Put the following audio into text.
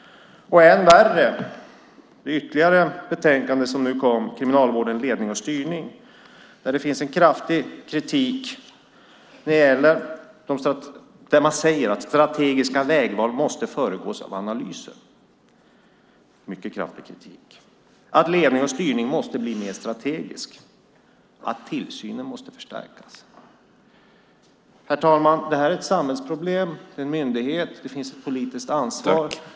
Än värre: I det ytterligare betänkande som nu kom, Kriminalvården - ledning och styrning , finns kraftig kritik. Man säger att strategiska vägval måste föregås av analyser. Det är mycket kraftig kritik. Man säger att ledning och styrning måste blir mer strategisk och att tillsynen måste förstärkas. Herr talman! Det här är ett samhällsproblem. Det är en myndighet. Det finns ett politiskt ansvar.